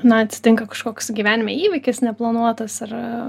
na atsitinka kažkoks gyvenime įvykis neplanuotas ar